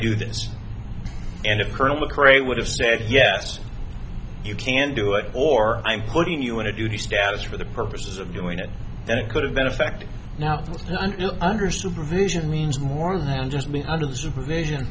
do this and it colonel mcrae would have said yes you can do it or i'm putting you in a duty status for the purposes of doing it and it could have been affected now and under supervision means more than just being under the supervision